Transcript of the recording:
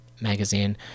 Magazine